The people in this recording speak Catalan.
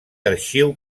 arxiu